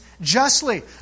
Justly